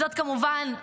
זאת, כמובן,